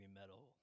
metal